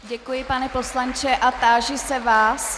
Děkuji, pane poslanče, a táži se vás...